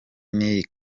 n’iyi